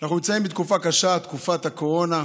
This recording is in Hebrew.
אנחנו נמצאים בתקופה קשה, תקופת הקורונה.